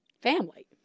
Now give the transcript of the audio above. family